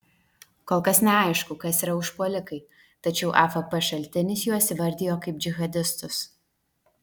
kol kas neaišku kas yra užpuolikai tačiau afp šaltinis juos įvardijo kaip džihadistus